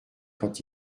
quand